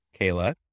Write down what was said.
Kayla